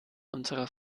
unserer